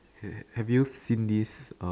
ha~ have you seen this uh